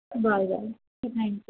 bye bye okay thank